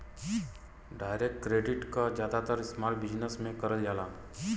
direct credit क जादातर इस्तेमाल बिजनेस में करल जाला